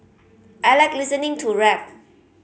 I like listening to rap